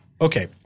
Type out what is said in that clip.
Okay